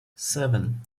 seven